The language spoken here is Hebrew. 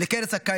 הקיץ הקרוב.